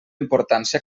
importància